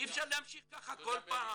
אי אפשר להמשיך ככה כל פעם,